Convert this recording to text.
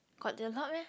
got they are not meh